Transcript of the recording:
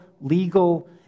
legal